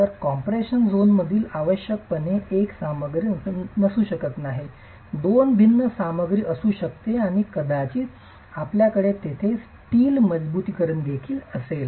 तर कॉम्प्रेशनमधील झोन आवश्यकपणे एकच सामग्री असू शकत नाही दोन भिन्न सामग्री असू शकते आणि कदाचित आपल्याकडे तेथे स्टीलची मजबुतीकरण देखील असेल